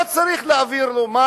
לא צריך להגיד לו אם